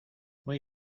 muy